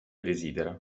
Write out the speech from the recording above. desidera